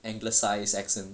anglicized accent